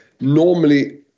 normally